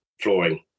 flooring